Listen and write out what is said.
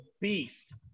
beast